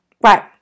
Right